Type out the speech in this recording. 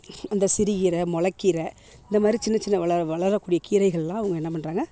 அந்த சிறுகீரை மொளக்கீரை இந்தமாதிரி சின்ன சின்ன வள வளரக்கூடிய கீரைகளெலாம் அவங்க என்ன பண்ணுறாங்க